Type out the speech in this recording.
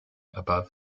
above